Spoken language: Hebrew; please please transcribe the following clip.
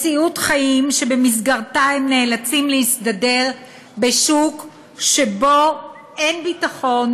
מציאות חיים שבמסגרתה הם נאלצים להסתדר בשוק שבו אין ביטחון,